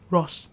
Ross